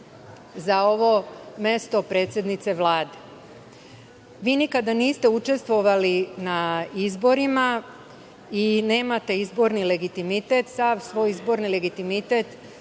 za ovo mesto predsednice Vlade. Vi nikada niste učestvovali na izborima i nemate izborni legitimitet. Sav svoj izborni legitimitet